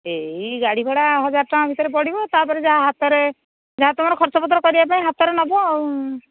ଏଇ ଗାଡ଼ି ଭଡ଼ା ହଜାର ଟଙ୍କା ଭିତରେ ପଡ଼ିବ ତାପରେ ଯାହା ହାତରେ ଯାହା ତୁମର ଖର୍ଚ୍ଚ ପତ୍ର କରିବା ପାଇଁ ହାତରେ ନେବ ଆଉ